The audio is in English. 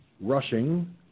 Rushing